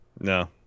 No